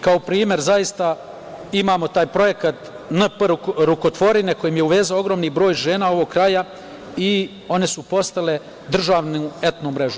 Kao primer imamo taj projekat „NP rukotvorine“, koji je uvezao ogroman broj žena ovog kraja i one su postavile državnu etno mrežu.